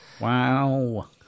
Wow